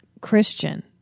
Christian